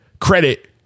credit